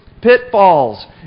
pitfalls